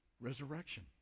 Resurrection